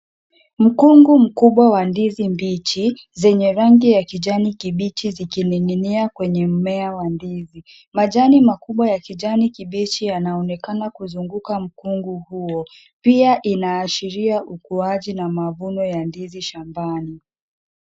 Mkungu mkubwa wa ndizi mbichi zenye rangi ya kijani kibichi zikining'inia kwenye mmea wa ndizi. Majani makubwa ya kijani kibichi yanaonekana kuzunguka mkungu huo. Pia inaashiria ukuaji na mavuno ya ndizi shambani.